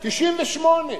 1998,